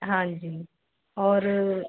ਹਾਂਜੀ ਔਰ